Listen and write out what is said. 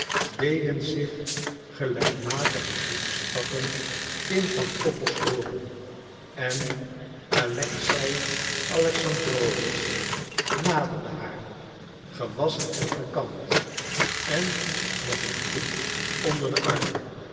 deden zich gelijkmatige voetstappen in pantoffels hooren en alexei alexandrowitsch naderde haar gewasschen en gekamd en met een boek onder den arm